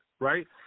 right